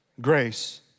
grace